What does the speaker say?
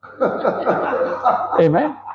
Amen